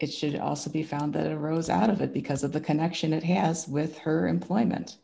it should also be found that arose out of it because of the connection it has with her employment